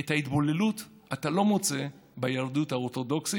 את ההתבוללות אתה לא מוצא ביהדות האורתודוקסית